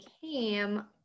came